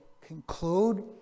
conclude